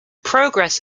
progress